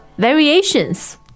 Variations